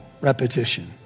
repetition